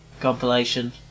compilation